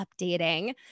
updating